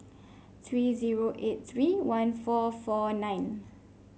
three zero eight three one four four nine